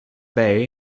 bay